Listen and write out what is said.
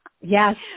yes